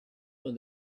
when